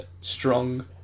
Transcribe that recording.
strong